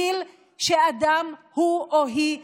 כבר מהגיל שאדם הוא או היא אדם.